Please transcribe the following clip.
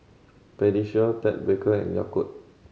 Pediasure Ted Baker and Yakult